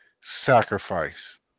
sacrifice